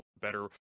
better